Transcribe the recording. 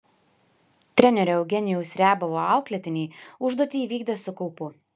trenerio eugenijaus riabovo auklėtiniai užduotį įvykdė su kaupu